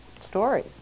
stories